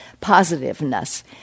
positiveness